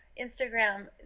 Instagram